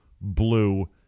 blue